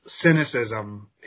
cynicism